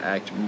Act